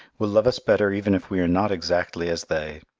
will love us better even if we are not exactly as they.